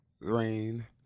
Rain